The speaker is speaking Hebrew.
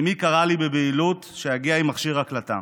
אימי קראה לי בבהילות שאגיע עם מכשיר הקלטה.